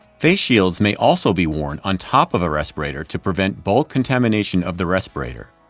face shields may also be worn on top of a respirator to prevent bulk contamination of the respirator.